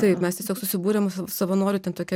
taip mes tiesiog susibūrėm savanorių ten tokia